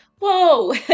whoa